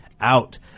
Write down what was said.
out